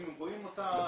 רואים אותה,